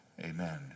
Amen